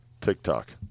TikTok